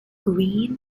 green